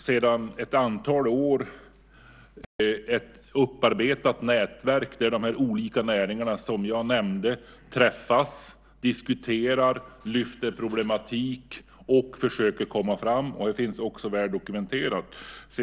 Sedan ett antal år finns det ett upparbetat nätverk där folk från de olika näringar som jag nämnt träffas, diskuterar, lyfter fram problematiken och försöker komma framåt. Detta finns väl dokumenterat.